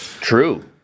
true